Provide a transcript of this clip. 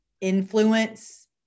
influence